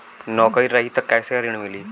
नौकरी रही त कैसे ऋण मिली?